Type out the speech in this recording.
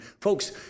folks